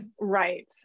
Right